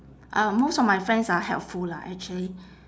uh most of my friends are helpful lah actually